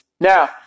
Now